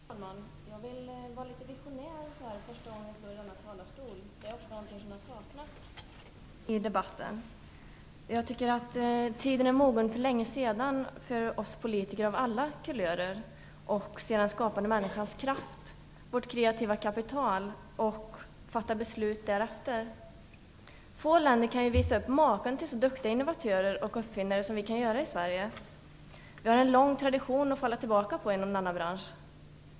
Herr talman! Första gången jag står i denna talarstol vill jag vara något av en visionär. Visioner är någonting som jag har saknat i debatten. Tiden är för länge sedan mogen för oss politiker av alla kulörer att se den skapande människans kraft, vårt kreativa kapital och att fatta beslut därefter. Få länder kan visa upp maken till så duktiga innovatörer och uppfinnare som vi kan göra i Sverige. Vi har en lång tradition att falla tillbaka på inom denna bransch.